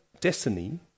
destiny